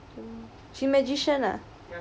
she magician ah